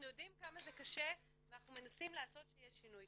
יודעים כמה זה קשה ואנחנו מנסים לעשות שיהיה שינוי.